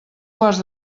quarts